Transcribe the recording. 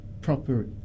proper